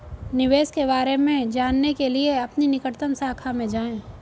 निवेश के बारे में जानने के लिए अपनी निकटतम शाखा में जाएं